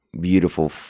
beautiful